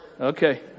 Okay